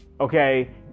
okay